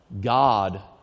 God